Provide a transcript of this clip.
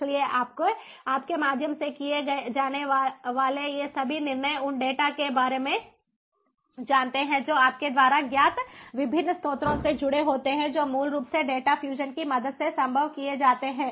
इसलिए आपके माध्यम से किए जाने वाले ये सभी निर्णय उन डेटा के बारे में जानते हैं जो आपके द्वारा ज्ञात विभिन्न स्रोतों से जुड़े होते हैं जो मूल रूप से डेटा फ्यूजन की मदद से संभव किए जाते हैं